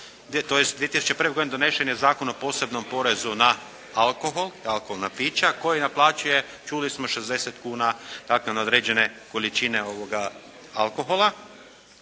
2001. godine donesen je Zakon o posebnom porezu na alkohol i alkoholna pića koji naplaćuje čuli smo 60 kuna dakle na određene količine ovoga alkohola.